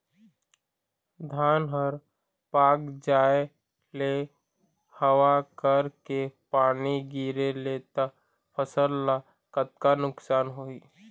धान हर पाक जाय ले हवा करके पानी गिरे ले त फसल ला कतका नुकसान होही?